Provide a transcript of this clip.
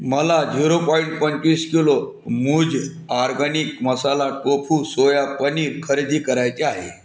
मला zero point पंचवीस kilo मूज organic masala tofu soya paneer खरेदी करायचे आहे